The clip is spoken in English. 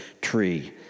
tree